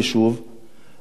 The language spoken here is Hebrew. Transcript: ראש הוועדה המחוזית